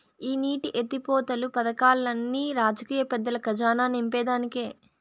ఈ నీటి ఎత్తిపోతలు పదకాల్లన్ని రాజకీయ పెద్దల కజానా నింపేదానికే